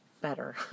better